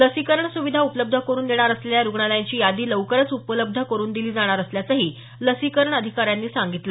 लसीकरण सुविधा उपलब्ध करुन देणार असलेल्या रुग्णालयांची यादी लवकरच उपलब्ध करुन दिली जाणार असल्याचंही लसीकरण अधिकाऱ्यांनी सांगितलं